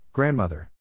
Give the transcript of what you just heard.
Grandmother